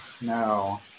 no